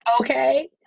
okay